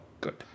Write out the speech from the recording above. good